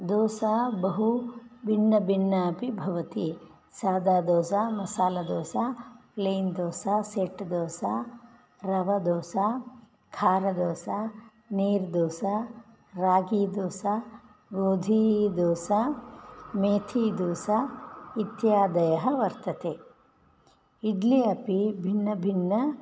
दोसा बहु भिन्न भिन्ना अपि भवति सदादोसा मसालादोसा प्लेन् दोसा सेट् दोसा रवादोसा खारदोसा नीर्दोसा रागिदोसा गोधीदोसा मेथीदोसा इत्यादयः वर्तते इड्लि अपि भिन्न भिन्न